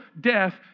death